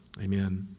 Amen